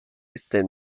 stands